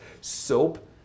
Soap